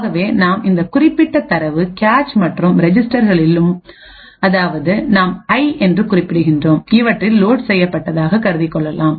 ஆகவே நாம் இந்த குறிப்பிட்ட தரவு கேச்மற்றும் ரெஜிஸ்டரிலும் அதாவது நாம் ஐ என்று குறிப்பிடுகின்றோம் இவற்றில் லோட் செய்யப்பட்டதாக கருதிக் கொள்ளலாம்